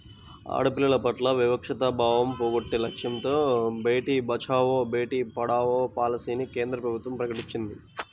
ఆడపిల్లల పట్ల వివక్షతా భావం పోగొట్టే లక్ష్యంతో బేటీ బచావో, బేటీ పడావో పాలసీని కేంద్ర ప్రభుత్వం ప్రకటించింది